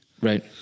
Right